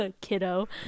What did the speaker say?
Kiddo